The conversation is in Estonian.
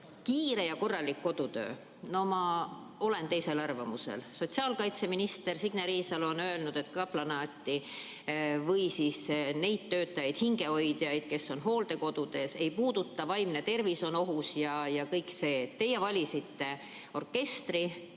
kiire ja korralik kodutöö. No ma olen teisel arvamusel. Sotsiaalkaitseminister Signe Riisalo on öelnud, et kaplanaati või neid töötajaid, hingehoidjaid, kes on hooldekodudes, ei puudutata, vaimne tervis on ohus ja kõik see. Teie valisite orkestri